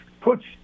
puts